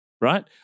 right